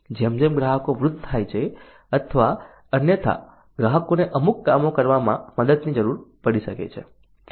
જેમ જેમ ગ્રાહકો વૃદ્ધ થાય છે અથવા અન્યથા ગ્રાહકોને અમુક કામો કરવામાં મદદની જરૂર પડી શકે છે